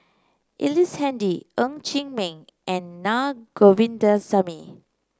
Ellice Handy Ng Chee Meng and Na Govindasamy